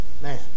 man